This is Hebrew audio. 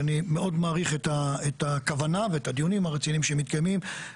ואני מאוד מעריך את הכוונה ואת הדיונים הרציניים שמתקיימים,